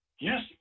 yes